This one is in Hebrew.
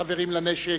חברים לנשק,